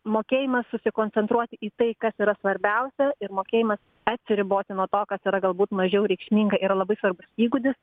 mokėjimas susikoncentruoti į tai kas yra svarbiausia ir mokėjimas atsiriboti nuo to kas yra galbūt mažiau reikšminga yra labai svarbus įgūdis